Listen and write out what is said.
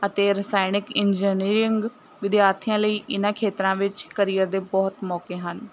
ਅਤੇ ਰਸਾਇਣਿਕ ਇੰਜਨੀਅਰਿੰਗ ਵਿਦਿਆਰਥੀਆਂ ਲਈ ਇਹਨਾਂ ਖੇਤਰਾਂ ਵਿੱਚ ਕਰੀਅਰ ਦੇ ਬਹੁਤ ਮੌਕੇ ਹਨ